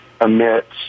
amidst